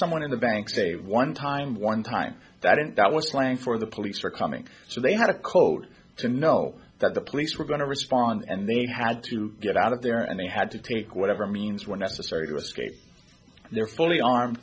someone in the bank say one time one time that and that was slang for the police for coming so they had a code to know that the police were going to respond and they had to get out of there and they had to take whatever means were necessary to escape their fully arm